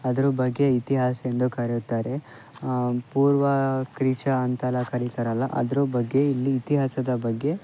ಅದ್ರ ಬಗ್ಗೆ ಇತಿಹಾಸ ಎಂದು ಕರೆಯುತ್ತಾರೆ ಪೂರ್ವ ಕ್ರಿ ಶ ಅಂತೆಲ್ಲ ಕರೀತಾರಲ್ವ ಅದ್ರ ಬಗ್ಗೆ ಇಲ್ಲಿ ಇತಿಹಾಸದ ಬಗ್ಗೆ